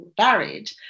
varied